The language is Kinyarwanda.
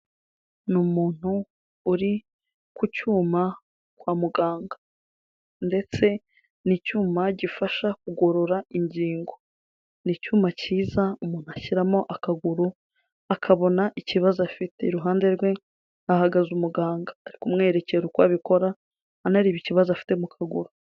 Ni umuntu uri ku cyuma kwa muganga ndetse ni icyuma gifasha kugorora ingingo. Ni icyuma cyiza umuntu ashyiramo akaguru, akabona ikibazo afite. Iruhande rwe, hahagaze umuganga. Ari kumwerekera uko abikora, anareba ikibazo afite mu kaguru.